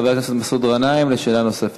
חבר הכנסת מסעוד גנאים, שאלה נוספת.